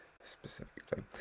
Specifically